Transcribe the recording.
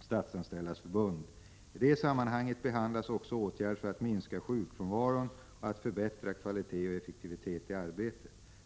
Statsanställdas förbund. I det sammanhanget behandlas också åtgärder för att minska sjukfrånvaron och att förbättra kvalitet och effektivitet i arbetet.